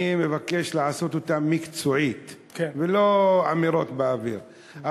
אני מבקש לעשות אותה מקצועית, ולא אמירות באוויר.